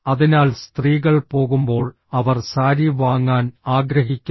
അതിനാൽ സ്ത്രീകൾ പോകുമ്പോൾ അവർ സാരി വാങ്ങാൻ ആഗ്രഹിക്കുന്നു